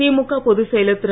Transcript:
திமுக பொதுச்செயலர் திரு